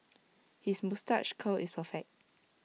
his moustache curl is perfect